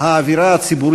להתווכח בכבוד ולשמוע